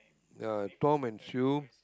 uh Tom and Sue